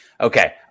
Okay